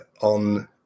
on